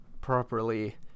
properly